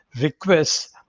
requests